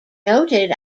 noted